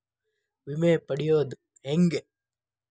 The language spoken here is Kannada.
ವಿಮೆ ಪಡಿಯೋದ ಹೆಂಗ್?